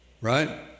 right